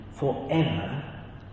forever